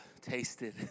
tasted